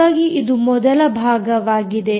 ಹಾಗಾಗಿ ಇದು ಮೊದಲ ಭಾಗವಾಗಿದೆ